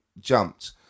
jumped